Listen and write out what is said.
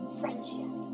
friendship